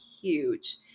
huge